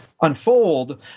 unfold